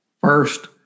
First